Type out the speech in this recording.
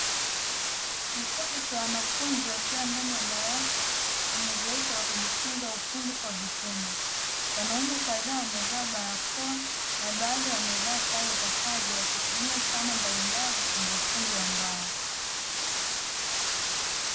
Kikundi cha wanafunzi wakiwa ndani ya darasa kwenye zoezi la kujifunza ufundi kwa vitendo, wanaume kadhaa wamevaa barakoa na baadhi wamevaa sare za kazi wakitumia zana mbalimbali kwenye ufundi wa mbao